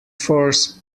force